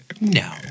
No